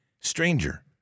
stranger